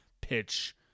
pitch